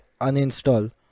uninstall